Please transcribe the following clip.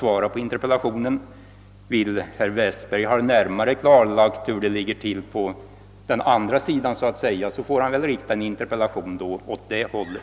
Vill herr Westberg ha närmare klarlagt hur det ligger till på den andra sidan, får han rikta en interpellation åt det hållet.